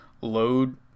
load